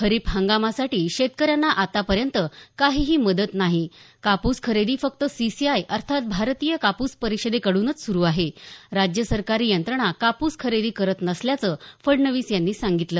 खरीप हंगामासाठी शेतकऱ्यांना आतापर्यंत काहीही मदत नाही कापूस खरेदी फक्त सीसीआय अर्थात भारतीय कापूस परिषदेकडूनच सुरू आहे राज्य सरकारी यंत्रणा कापूस खरेदी करत नसल्याचं फडणवीस यांनी सांगितलं